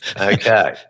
Okay